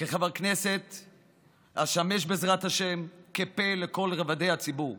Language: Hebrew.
כחבר כנסת אשמש, בעזרת השם, פה לכל רובדי הציבור.